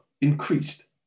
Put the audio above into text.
increased